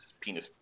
penis